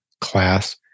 class